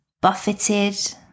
buffeted